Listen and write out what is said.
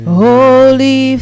holy